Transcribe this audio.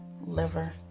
liver